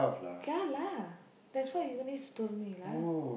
ya lah that's what Eunice told me lah